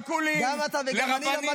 איך הוא יהיה?